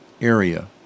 area